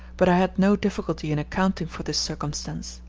but i had no difficulty in accounting for this circumstance.